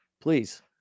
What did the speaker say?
Please